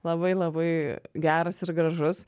labai labai geras ir gražus